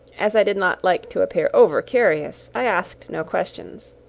as i did not like to appear over curious, i asked no questions.